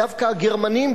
דווקא הגרמנים,